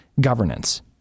governance